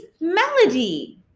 melody